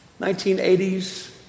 1980s